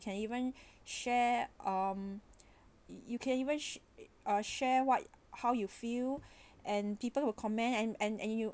can even share um you you can you sha~ uh share what how you feel and people will comment and and and you